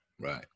right